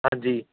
ਹਾਂਜੀ